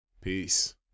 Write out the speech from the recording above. peace